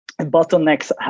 bottlenecks